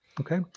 okay